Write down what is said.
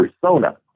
persona